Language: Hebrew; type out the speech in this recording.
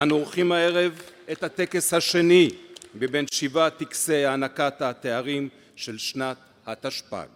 אנו עורכים הערב את הטקס השני מבין שבעה טקסי הענקת התארים של שנת התשפג.